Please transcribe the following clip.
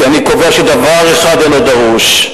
כי אני קובע שדבר אחד אינו דורש,